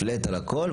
flat על הכול,